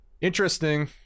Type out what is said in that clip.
interesting